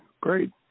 Great